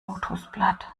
lotosblatt